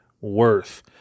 worth